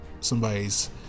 somebody's